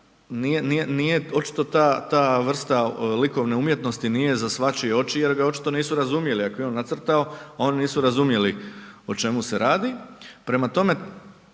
očito ta vrsta likovne umjetnosti nije za svačije oči jer ga očito nisu razumjeli, ako je on nacrtao, oni nisu razumjeli o čemu se radi.